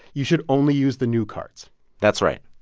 you should only use the new cards that's right.